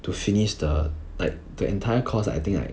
to finish the like the entire cause I think like